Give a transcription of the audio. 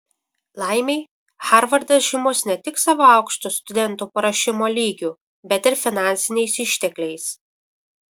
laimei harvardas žymus ne tik savo aukštu studentų paruošimo lygiu bet ir finansiniais ištekliais